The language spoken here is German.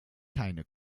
keine